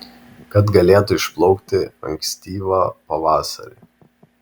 kad galėtų išplaukti ankstyvą pavasarį